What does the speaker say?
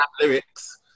lyrics